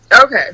Okay